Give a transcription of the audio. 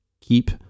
keep